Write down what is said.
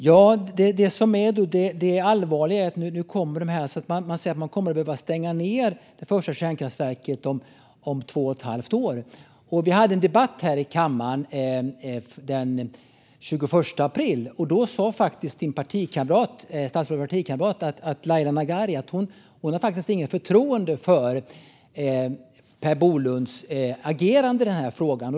Fru talman! Det allvarliga är att man säger att man kommer att behöva stänga ned det första kärnkraftverket om två och ett halvt år. Vi hade en debatt här i kammaren den 21 april. Då sa faktiskt statsrådets partikamrat Laila Nagari att hon inte har något förtroende för Per Bolunds agerande i denna fråga.